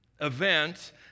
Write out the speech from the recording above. event